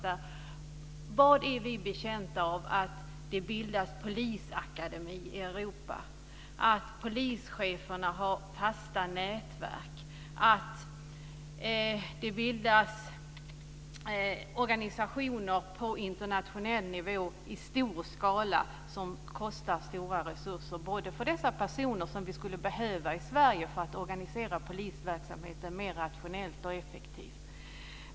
På vilket sätt är vi betjänta av att det bildas polisakademier i Europa, av att polischeferna har fasta nätverk, av att det bildas organisationer på internationell nivå i stor skala som drar stora resurser för de personer vi skulle behöva i Sverige för att organisera polisverksamheten mer rationellt och effektivt?